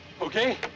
okay